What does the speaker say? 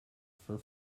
for